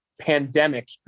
pandemic